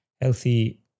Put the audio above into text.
healthy